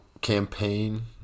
campaign